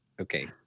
okay